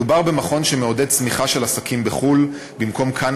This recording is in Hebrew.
מדובר במכון שמעודד צמיחה של עסקים בחו"ל במקום כאן,